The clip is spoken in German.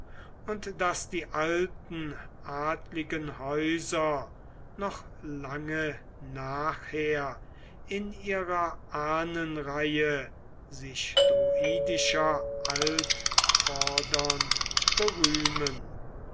und daß die alten adligen häuser noch lange nachher in ihrer ahnenreihe sich druidischer altvordern berühmen